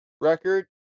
Record